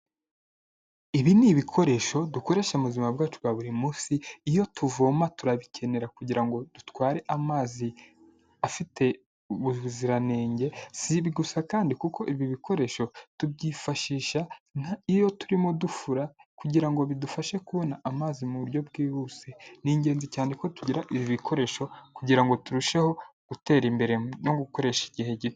ibi ni ibikoresho dukoresha mu buzima bwacu bwa buri munsi, iyo tuvoma turabikenera kugira ngo dutware amazi afite ubuziranenge, si ibi gusa kandi, kuko ibi bikoresho tubyifashisha nk'iyo turimo dufura kugira ngo bidufashe kubona amazi mu buryo bwihuse, ni ingenzi cyane ko tugira ibi bikoresho kugira ngo turusheho gutera imbere no gukoresha igihe gito.